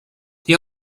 they